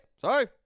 sorry